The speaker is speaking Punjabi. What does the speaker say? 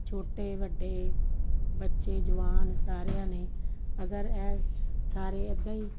ਛੋਟੇ ਵੱਡੇ ਬੱਚੇ ਜਵਾਨ ਸਾਰਿਆਂ ਨੇ ਅਗਰ ਇਹ ਸਾਰੇ ਇੱਦਾਂ ਹੀ